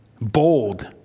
bold